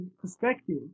perspective